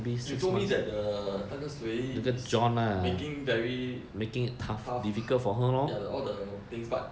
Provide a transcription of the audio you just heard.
you told me that the 那个谁 is making very tough ha~ ya all the things but